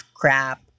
crap